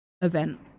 event